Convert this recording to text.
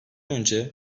önce